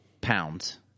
pounds